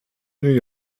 new